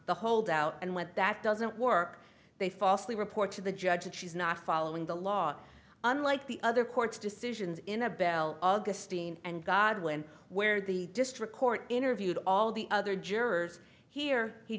the holdout and when that doesn't work they falsely report to the judge that she's not following the law unlike the other court's decisions in a bell ug a sting and godwin where the district court interviewed all the other jurors here he